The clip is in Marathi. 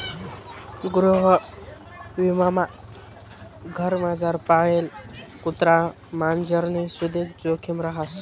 गृहविमामा घरमझार पाळेल कुत्रा मांजरनी सुदीक जोखिम रहास